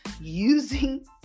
using